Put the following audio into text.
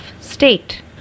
state